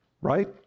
Right